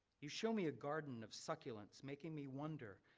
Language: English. you show me a garden of succulents making me wonder.